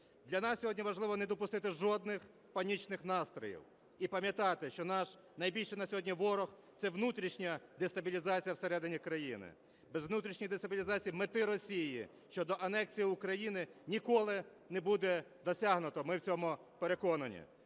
Для нас сьогодні важливо не допустити жодних панічних настроїв і пам'ятати, що наш найбільший на сьогодні ворог – це внутрішня дестабілізація всередині країни. Без внутрішньої дестабілізації мети Росії щодо анексії України ніколи не буде досягнуто, ми в цьому переконані.